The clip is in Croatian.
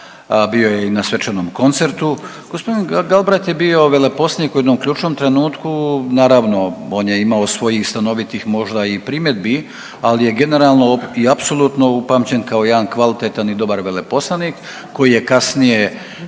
bio je i na svečanom koncertu. Gospodin Galbraith je bio veleposlanik u jednom ključnom trenutku, naravno on je imao svojih stanovitih možda i primjedbi, ali je generalno i apsolutno upamćen kao jedan kvalitetan i dobar veleposlanik koji je kasnije,